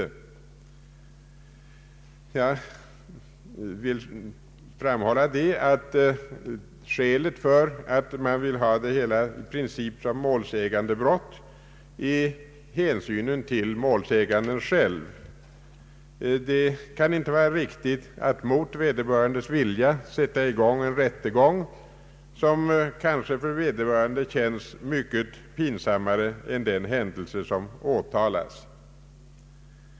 Jag vill framhålla att skälet till att reservanterna i princip förordar att brottet skall ges karaktären av målsägandebrott är hänsynen till målsäganden själv. Det kan inte vara riktigt att mot vederbörandes vilja starta en rättegång som kanske för vederbörande känns mycket pinsammare än den händelse som åtalats.